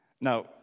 Now